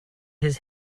his